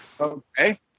Okay